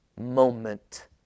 moment